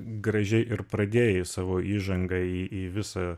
gražiai ir pradėjai savo įžangą į į visą